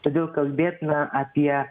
todėl kalbėt na apie